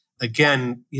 Again